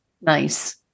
Nice